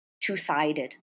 two-sided